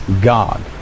God